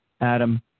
Adam